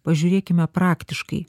pažiūrėkime praktiškai